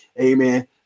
Amen